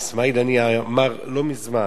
אסמאעיל הנייה אמר לא מזמן,